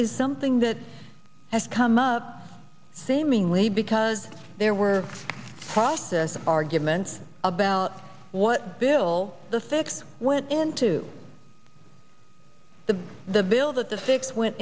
is something that has come up seemingly because there were process arguments about what bill the fix went into the the bill that the fix went